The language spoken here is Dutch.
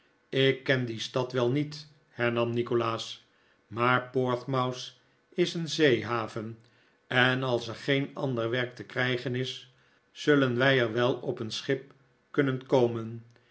ik ken die stad wel niet hernam nikolaas maar portsmouth is een zeehaven en als er geen ander werk te krijgen is zullen wij er wel op een schip kunnen komen